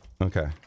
Okay